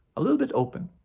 a little bit open.